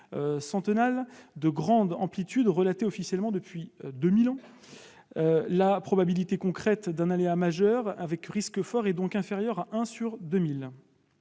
centennale de grande amplitude relaté officiellement depuis 2 000 ans. La probabilité concrète d'un aléa majeur avec risque fort est donc inférieure à 1 sur 2 000.